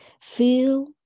Feel